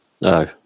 No